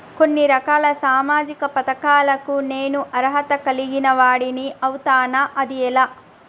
కొన్ని రకాల సామాజిక పథకాలకు నేను అర్హత కలిగిన వాడిని అవుతానా? అది ఎలా?